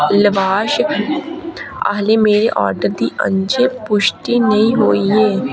lavash आह्ले मेरे order दी अजें पुश्टि नेईं होई ऐ